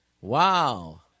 Wow